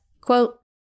quote